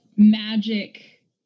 magic